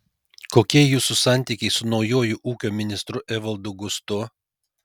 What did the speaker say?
kokie jūsų santykiai su naujuoju ūkio ministru evaldu gustu